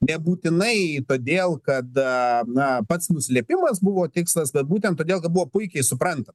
nebūtinai todėl kad na pats nuslėpimas buvo tikslas bet būtent todėl kad buvo puikiai supranta